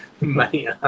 money